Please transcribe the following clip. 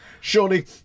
Surely